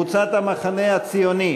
מיכל רוזין ותמר זנדברג,